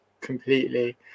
completely